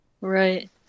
right